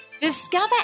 Discover